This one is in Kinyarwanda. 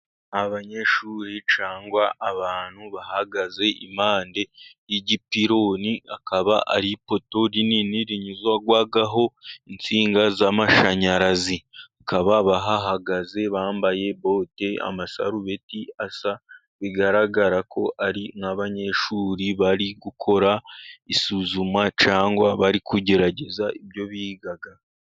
Abanyeshuri cyangwa abantu bahagaze impande y'igipironi; akaba ari ipoto rinini rinyuzwaho insinga z'amashanyarazi, bakaba bahahagaze bambaye bote, amasarubeti asa; bigaragara ko ari nk'abanyeshuri bari gukora isuzuma cyangwa bari kugerageza ibyo biga.